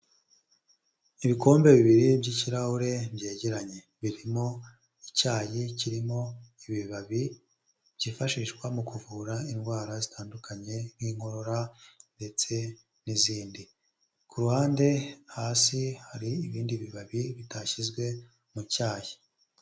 Ibikombe bibiri by'ikirahure byegeranye. Birimo icyayi kirimo ibibabi byifashishwa mu kuvura indwara zitandukanye, nk'inkorora ndetse n'izindi. ku ruhande hasi hari ibindi bibabi bitashyizwe mu cyayi.